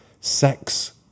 sex